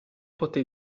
potè